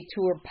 Tour